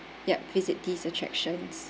yup visit these attractions